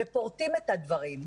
ופורטים את הדברים,